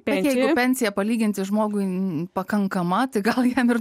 pernelyg pensija palyginti žmogui nėra pakankama tai gal jam ir